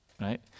Right